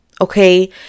Okay